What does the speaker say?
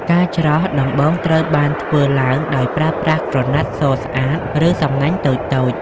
ការច្រោះ ដំបូងត្រូវបានធ្វើឡើងដោយប្រើក្រណាត់សស្អាត ឬសំណាញ់តូចៗ។